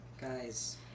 guys